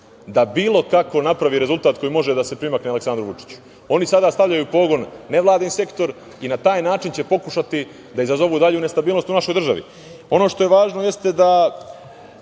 da bilo kako napravi rezultat koji može da se primakne Aleksandru Vučiću. Oni sada stavljaju u pogon nevladin sektor i na taj način će pokušati da izazovu dalju nestabilnost u našoj državi. Ono što je važno jeste da